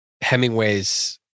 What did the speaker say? Hemingway's